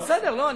בסדר.